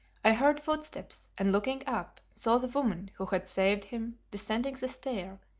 i heard footsteps, and looking up, saw the woman who had saved him descending the stair,